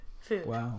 food